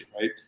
right